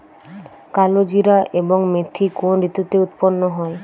কালোজিরা এবং মেথি কোন ঋতুতে উৎপন্ন হয়?